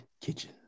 Kitchen